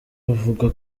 bavuga